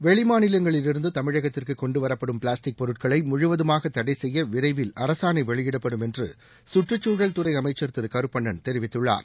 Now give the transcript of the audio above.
வெளிமாநிலங்களில் இருந்து தமிழகத்திற்கு கொண்டு வரப்படும் பிளாஸ்டிக் பொருட்களை முழுவதுமாக தடை செய்ய விரைவில் அரசாணை வெளியிடப்படும் என்று கற்றுச்சூழல் துறை அமைச்சர் திரு கருப்பண்ணன் தெரிவித்துள்ளார்